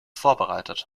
vorbereitet